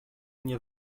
nie